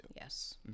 Yes